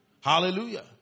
Hallelujah